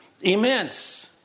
immense